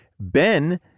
Ben